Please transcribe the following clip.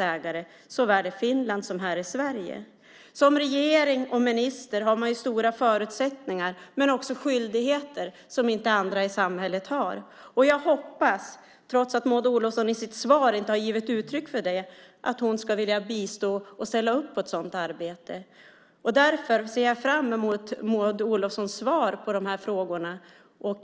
ägare såväl i Finland som här i Sverige. Som regering och minister har man stora möjligheter men också skyldigheter som inte andra i samhället har. Jag hoppas, trots att Maud Olofsson i sitt svar inte har givit uttryck för det, att hon skulle vilja bistå och ställa upp på ett sådant arbete. Därför ser jag fram emot Maud Olofssons svar på de här frågorna.